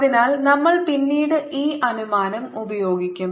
അതിനാൽ നമ്മൾ പിന്നീട് ഈ അനുമാനം ഉപയോഗിക്കും